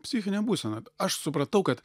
psichinė būsena aš supratau kad